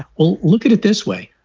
well, look at it this way.